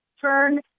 turn